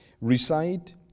recite